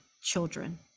children